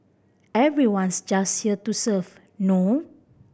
everyone's just here to serve no